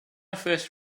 first